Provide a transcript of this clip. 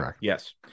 Yes